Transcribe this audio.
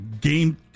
game